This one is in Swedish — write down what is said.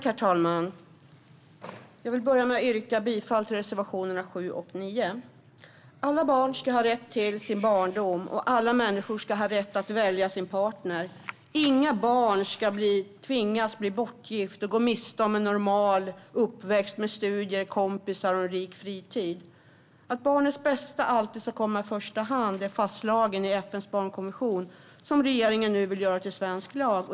Herr talman! Jag vill börja med att yrka bifall till reservationerna 7 och 9. Alla barn ska ha rätt till sin barndom, och alla människor ska ha rätt att välja sin partner. Inga barn ska tvingas bli bortgifta och gå miste om en normal uppväxt med studier, kompisar och en rik fritid. Att barnets bästa alltid ska komma i första hand är fastslaget i FN:s barnkonvention, som regeringen nu vill göra till svensk lag.